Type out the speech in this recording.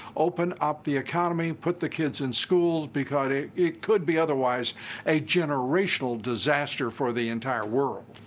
open up the economy, put the kids in school because it it could be otherwise a generational disaster for the entire world.